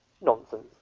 Nonsense